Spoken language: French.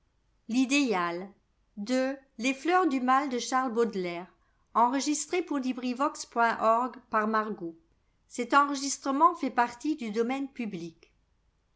les fleurs du mal ne